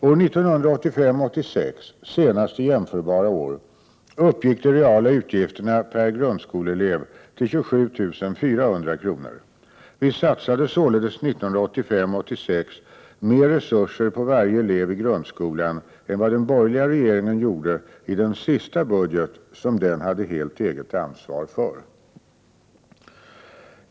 År 1985 86 mer resurser på varje elev i grundskolan än vad den borgerliga regeringen gjorde i den sista budget som den hade helt eget ansvar för.